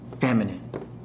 feminine